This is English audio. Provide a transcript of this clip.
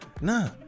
Nah